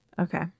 Okay